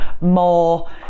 more